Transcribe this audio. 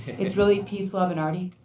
it's really peace, love, and arty?